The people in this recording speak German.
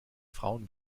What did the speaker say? frauen